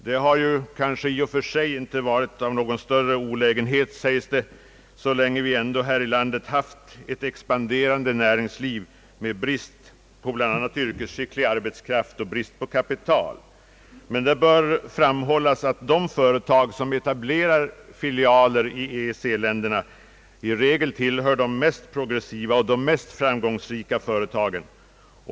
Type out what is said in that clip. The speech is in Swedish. Detta har kanske i och för sig inte varit av någon större olägenhet, sägs det, så länge vi här i landet ändå har haft ett expanderande näringsliv med brist på bl.a. yrkesskicklig arbetskraft och kapital. Men det bör framhållas, att de företag som etablerar filialer i EEC-länderna i regel tillhör de mest progressiva och framgångsrika företagen.